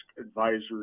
Advisory